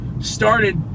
started